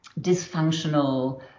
dysfunctional